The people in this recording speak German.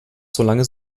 solange